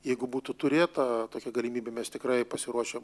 jeigu būtų turėta tokia galimybė mes tikrai pasiruošę